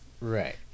right